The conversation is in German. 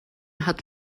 hat